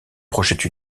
projette